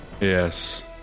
Yes